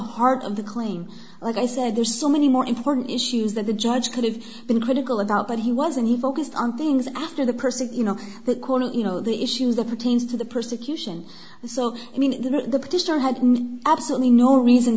heart of the claim like i said there's so many more important issues that the judge could have been critical about but he wasn't he focused on things after the person you know the call you know the issues that pertains to the persecution so i mean the destroyer had absolutely no reason